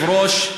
כבוד היושב-ראש,